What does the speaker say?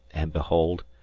and, behold,